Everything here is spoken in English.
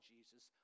Jesus